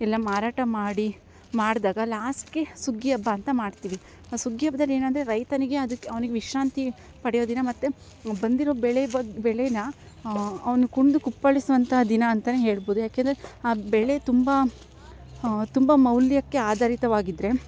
ಎಲ್ಲ ಮಾರಾಟ ಮಾಡಿ ಮಾಡಿದಾಗ ಲಾಸ್ಟ್ಗೆ ಸುಗ್ಗಿ ಹಬ್ಬ ಅಂತ ಮಾಡ್ತೀವಿ ಸುಗ್ಗಿ ಹಬ್ದಲ್ ಏನಂದರೆ ರೈತನಿಗೆ ಅದಕ್ಕೆ ಅವ್ನಿಗೆ ವಿಶಾಂತ್ರಿ ಪಡೆಯೋ ದಿನ ಮತ್ತು ಬಂದಿರೊ ಬೆಳೆ ಬಗೆ ಬೆಳೆನ ಅವನು ಕುಣಿದು ಕುಪ್ಪಳಿಸುವಂಥ ದಿನ ಅಂತಲೇ ಹೇಳ್ಬೋದು ಯಾಕೆಂದರೆ ಆ ಬೆಳೆ ತುಂಬ ತುಂಬ ಮೌಲ್ಯಕ್ಕೆ ಆಧಾರಿತವಾಗಿದ್ರೆ